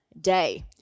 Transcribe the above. day